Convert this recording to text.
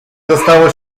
dostało